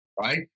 right